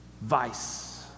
vice